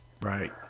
Right